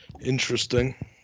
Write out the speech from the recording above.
Interesting